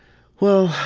well,